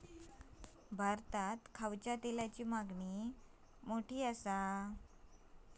भारतात खायच्या तेलाची मागणी मोठी हा